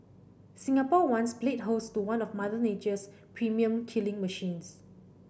Singapore once played host to one of Mother Nature's premium killing machines